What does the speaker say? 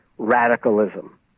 radicalism